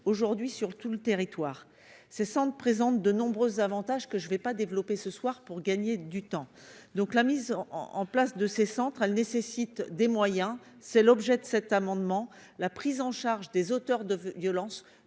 aujourd'hui sur tout le territoire se sentent présente de nombreux avantages que je vais pas développer ce soir pour gagner du temps, donc la mise en en place de ces centrales nécessite des moyens, c'est l'objet de cet amendement, la prise en charge des auteurs de violence